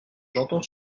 j’entends